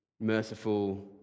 merciful